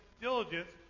diligence